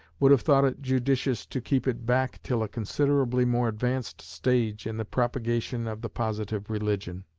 would have thought it judicious to keep it back till a considerably more advanced stage in the propagation of the positive religion.